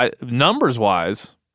numbers-wise